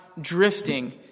Drifting